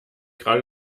gerade